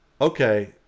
okay